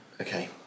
Okay